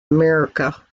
america